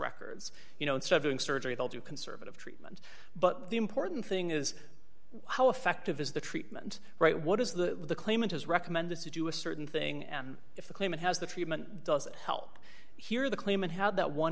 records you know instead of doing surgery they'll do conservative treatment but the important thing is how effective is the treatment right what is the claimant has recommended to do a certain thing and if the claimant has the treatment does that help here the claim and how that one